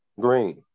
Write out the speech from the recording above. green